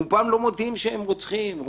רובם לא מודים שהם רוצחים.